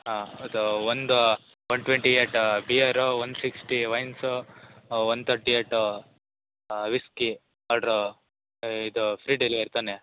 ಹಾಂ ಅದು ಒಂದು one twenty eight beer one sixty wines one thirty eight whisky order ಇದು ಫ್ರೀ ಡೆಲಿವರಿ ತಾನೆ